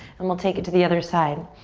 and we'll take it to the other side.